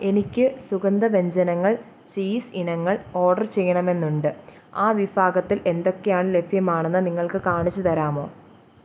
എനിക്ക് സുഗന്ധവ്യഞ്ജനങ്ങൾ ചീസ് ഇനങ്ങൾ ഓഡർ ചെയ്യണമെന്നുണ്ട് ആ വിഭാഗത്തിൽ എന്തൊക്കെയാണ് ലഭ്യമാണെന്ന് നിങ്ങൾക്ക് കാണിച്ചു തരാമോ